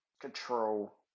control